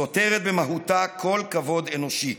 סותרת במהותה כל כבוד אנושי.